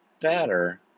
better